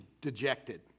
dejected